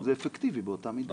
זה אפקטיבי באותה מידה,